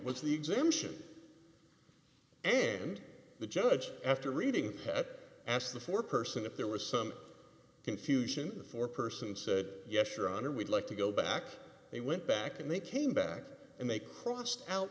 was the exemption and the judge after reading that asked the four person if there was some confusion for person and said yes your honor we'd like to go back they went back and they came back and they crossed out